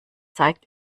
zeigt